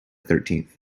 thirteenth